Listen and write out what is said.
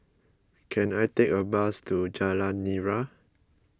can I take a bus to Jalan Nira